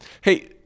Hey